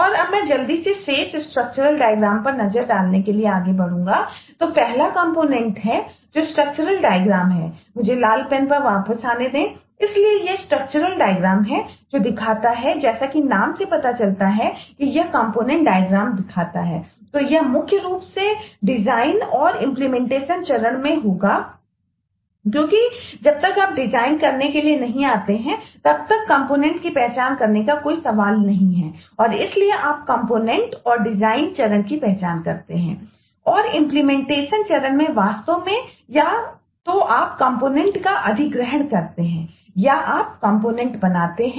और अब मैं जल्दी से शेष स्ट्रक्चरल डायग्राम चरण की पहचान करते हैं